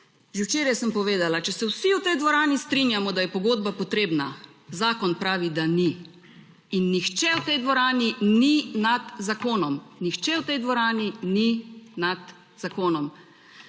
včeraj sem povedala, če se vsi v tej dvorani strinjamo, da je pogodba potrebna, zakon pravi, da ni in nihče v tej dvorani ni nad zakonom.